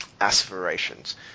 aspirations